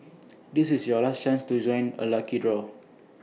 this is your last chance to join the lucky draw